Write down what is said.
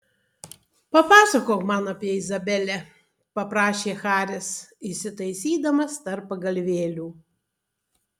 papasakok man apie izabelę paprašė haris įsitaisydamas tarp pagalvėlių